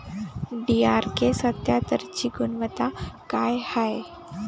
DRK सत्यात्तरची गुनवत्ता काय हाय?